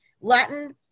Latin